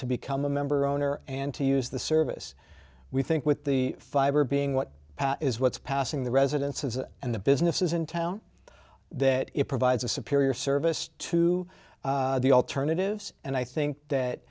to become a member owner and to use the service we think with the fiber being what is what's passing the residences and the businesses in town that it provides a superior service to the alternatives and i think that